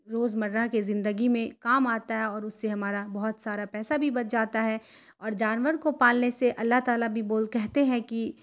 روز مرہ کے زندگی میں کام آتا ہے اور اس سے ہمارا بہت سارا پیسہ بھی بچ جاتا ہے اور جانور کو پالنے سے اللہ تعالیٰ بھی بول کہتے ہیں کہ